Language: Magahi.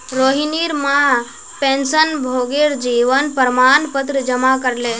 रोहिणीर मां पेंशनभोगीर जीवन प्रमाण पत्र जमा करले